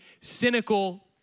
cynical